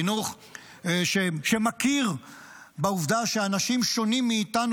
חינוך שמכיר בעובדה שאנשים שונים מאיתנו,